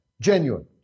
genuine